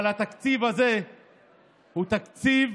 אבל התקציב הזה הוא תקציב